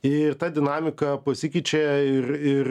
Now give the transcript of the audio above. ir ta dinamika pasikeičia ir ir